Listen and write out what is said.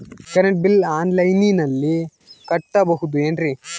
Current bill ಆನ್ಲೈನಿನಲ್ಲಿ ಕಟ್ಟಬಹುದು ಏನ್ರಿ?